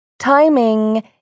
Timing